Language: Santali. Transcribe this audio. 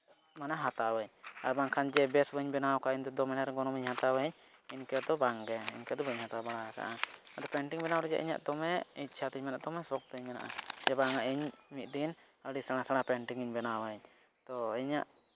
ᱢᱟᱱᱮ ᱦᱟᱛᱟᱣᱟᱹᱧ ᱟᱨ ᱵᱟᱝᱠᱷᱟᱱ ᱡᱮ ᱵᱮᱥ ᱵᱟᱹᱧ ᱵᱮᱱᱟᱣ ᱟᱠᱟᱫ ᱤᱧᱫᱚ ᱫᱚᱢᱮ ᱰᱷᱮᱨ ᱜᱚᱱᱚᱝ ᱦᱟᱛᱟᱣ ᱟᱹᱧ ᱤᱱᱠᱟᱹ ᱫᱚ ᱵᱟᱝᱜᱮ ᱤᱱᱠᱟᱹ ᱫᱚ ᱵᱟᱹᱧ ᱦᱟᱛᱟᱣ ᱵᱟᱲᱟ ᱠᱟᱜᱼᱟ ᱯᱮᱱᱴᱤᱝ ᱵᱮᱱᱟᱣ ᱨᱮᱱᱟᱜ ᱤᱧᱟᱹᱜ ᱫᱚᱢᱮ ᱤᱪᱪᱷᱟᱹ ᱛᱤᱧ ᱫᱚᱢᱮ ᱥᱚᱠᱷ ᱛᱤᱧ ᱢᱮᱱᱟᱜᱼᱟ ᱡᱮ ᱵᱟᱝᱟ ᱤᱧ ᱢᱤᱫ ᱫᱤᱱ ᱥᱮᱬᱟ ᱥᱮᱬᱟ ᱯᱮᱱᱴᱤᱝ ᱵᱮᱱᱟᱣᱟᱧ ᱛᱳ ᱤᱧᱟᱹᱜ